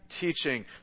teaching